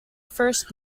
first